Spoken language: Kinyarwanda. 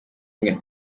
umwe